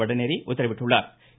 வடநேரே உத்தரவிட்டுள்ளாா்